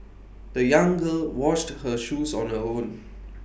the young girl washed her shoes on her own